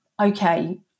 Okay